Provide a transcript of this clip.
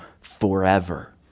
forever